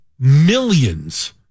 millions